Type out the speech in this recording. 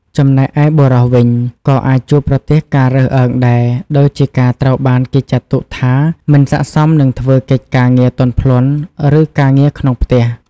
ចំណែកឯបុរសវិញ ក៏អាចជួបប្រទះការរើសអើងដែរ ដូចជាការត្រូវបានគេចាត់ទុកថាមិនស័ក្តិសមនឹងធ្វើកិច្ចការងារទន់ភ្លន់ ឬការងារក្នុងផ្ទះ។